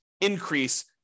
increase